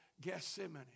Gethsemane